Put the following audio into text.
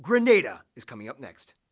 grenada is coming up next!